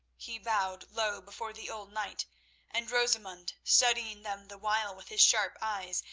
he bowed low before the old knight and rosamund, studying them the while with his sharp eyes,